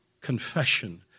confession